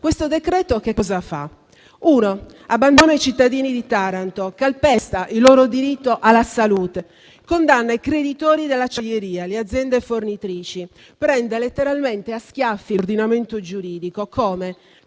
un'azienda, che cosa fa? Abbandona i cittadini di Taranto, calpesta il loro diritto alla salute, condanna i creditori dell'acciaieria, le aziende fornitrici, prende letteralmente a schiaffi l'ordinamento giuridico. Come?